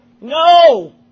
No